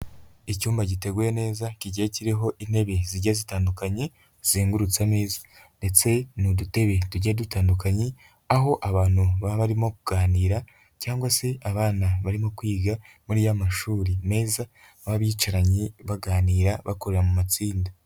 Icyumba giteguye neza kigiye kiriho intebe zigiye zitandukanye zizengurutse ameza ndetse n'udutebe tugiye dutandukanye, aho abantu baba barimo kuganira cyangwa se abana barimo kwiga muri ya mashuri meza baba bicaranye baganira, bakorera mu matsinda.